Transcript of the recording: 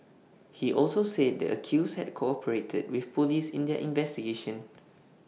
he also said the accused had cooperated with Police in their investigation